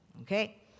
Okay